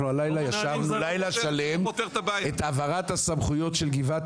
אנחנו הלילה ישבנו לילה שלם על העברת הסמכויות של גבעת